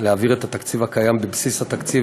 להעביר את התקציב הקיים בבסיס התקציב